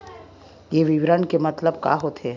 ये विवरण के मतलब का होथे?